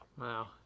Wow